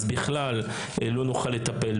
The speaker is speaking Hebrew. אז בכלל לא נוכל לטפל.